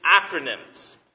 acronyms